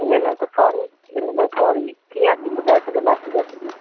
इन लाइ त सॉरी इन लाइ सॉरी कीअं असीं ॿुधाए सघंदासीं रेसिपी